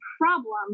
problem